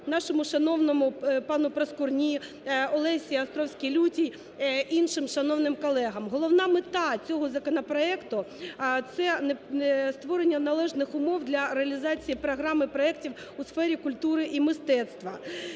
нашому шановному пану Проскурні, Олесі Островській-Лютій, іншим шановним колегам. Головна мета цього законопроекту – це створення належних умов для реалізації програми проектів у сфері культури і мистецтва.